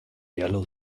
yellow